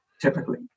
typically